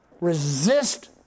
Resist